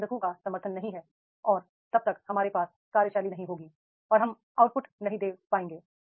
manager का समर्थन नहीं है और तब तक हमारे पास कार्यशैली नहीं होगी और हम आउटपुट नहीं दे पाएंगे